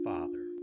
Father